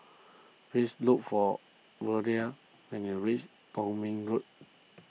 please look for Verlie when you reach Kwong Min Road